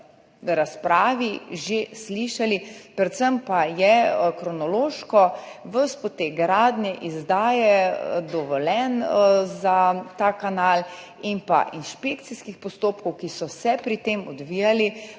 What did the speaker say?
razpravi že slišali. Predvsem pa je kronološko ves potek gradnje, izdaje dovoljenj za ta kanal in pa inšpekcijskih postopkov, ki so se pri tem odvijali,